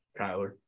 Kyler